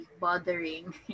bothering